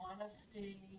honesty